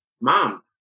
Mom